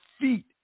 feet